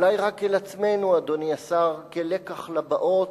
אולי רק אל עצמנו, אדוני השר, כלקח לבאות?